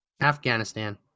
Afghanistan